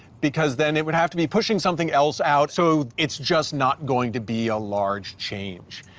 because then it would have to be pushing something else out. so it's just not going to be a large change.